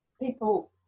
People